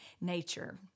nature